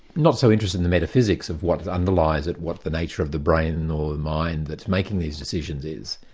not so interested in the metaphysics of what underlies it, what the nature of the brain or mind that's making these decisions is,